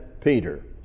Peter